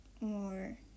more